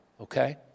okay